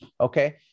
okay